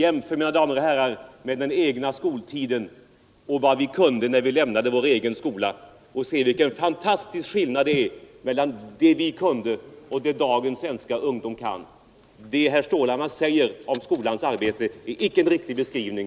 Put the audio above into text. Jämför, mina damer och herrar, med den egna skoltiden och vad vår generation kunde när vi lämnade skolan och se vilken fantastisk skillnad det är mellan vad vi kunde och det dagens svenska ungdom kan! Det herr Stålhammar säger om skolans arbetsresultat är icke en riktig beskrivning.